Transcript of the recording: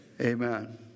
Amen